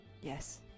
Yes